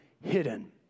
hidden